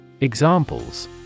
Examples